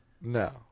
No